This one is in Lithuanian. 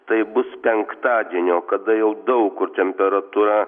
tai bus penktadienio kada jau daug kur temperatūra